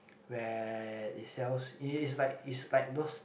where it sells it is like is like those